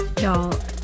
Y'all